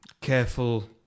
careful